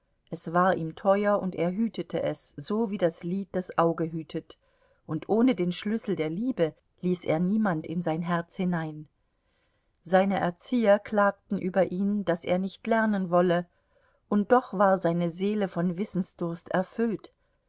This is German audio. es war ihm teuer und er hütete es so wie das lid das auge hütet und ohne den schlüssel der liebe ließ er niemand in sein herz hinein seine erzieher klagten über ihn daß er nicht lernen wolle und doch war seine seele von wissensdurst erfüllt